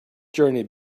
journey